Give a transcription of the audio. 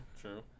True